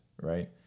right